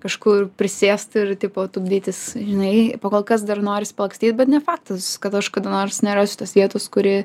kažkur prisėst ir tipo tupdytis žinai pakol kas dar norisi palakstyt bet ne faktas kad aš kada nors nerasiu tos vietos kuri